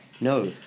No